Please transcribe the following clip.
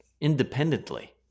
independently